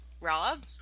Rob